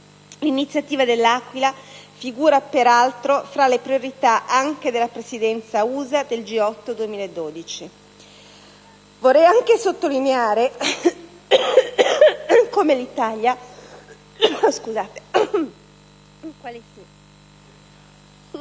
L'iniziativa dell'Aquila figura peraltro fra le priorità anche della Presidenza USA del G8 del 2012. Vorrei anche sottolineare come l'Italia, in qualità